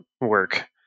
work